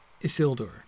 Isildur